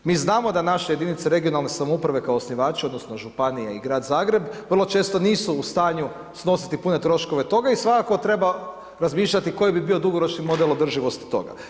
Mi znamo da naše jedinice regionalne samouprave kao osnivači odnosno županija i Grad Zagreb vrlo često nisu u stanju snositi pune troškove toga i svakako treba razmišljati koji bi bio dugoročni model održivosti toga.